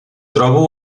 trobo